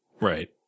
Right